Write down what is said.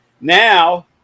Now